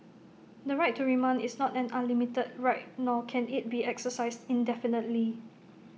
the right to remand is not an unlimited right nor can IT be exercised indefinitely